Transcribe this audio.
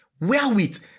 wherewith